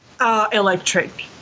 Electric